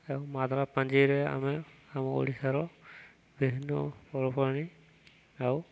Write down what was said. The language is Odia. ମାଦଳା ପାଞ୍ଜିରେ ଆମେ ଆମ ଓଡ଼ିଶାର ବିଭିନ୍ନ ପର୍ବପର୍ବାଣି ଆଉ